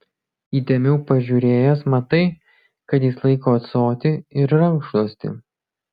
įdėmiau pažiūrėjęs matai kad jis laiko ąsotį ir rankšluostį